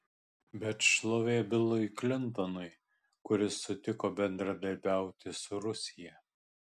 bet šlovė bilui klintonui kuris sutiko bendradarbiauti su rusija